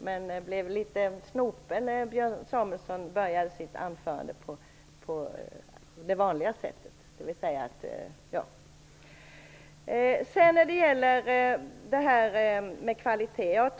Jag blev litet snopen när Björn Samuelson började sitt anförande på det vanliga sättet. Björn Samuelson tog upp kvaliteten.